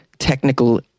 technical